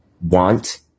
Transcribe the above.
want